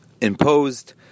imposed